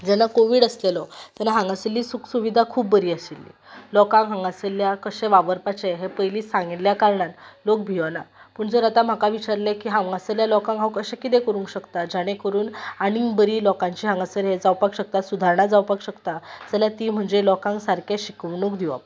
जेन्ना कोवीड आसलेलो तेन्ना हांगा सरली सुखसुविदा खूब बरी आशिल्ली लोकांक हांगा सरल्या कशें वावरपाचें हें पयलींच सांगल्ल्या कारणान लोक भियोना पूण जर आतां म्हाका विचारलें हांगा सल्ल्या लोकांक हांव कशें किदें करूं शकता जाणे करून आनी बरी लोकांची हांगा हें जावपाक शकता सुदारणा जावपाक शकता जाल्या ती म्हणजे लोकांक सारके शिकोवणूक दिवप